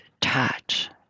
touch